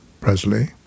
Presley